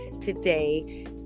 today